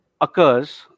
occurs